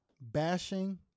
bashing